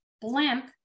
blimp